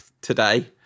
today